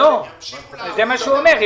זה מה שהוא אומר,